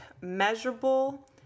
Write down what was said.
measurable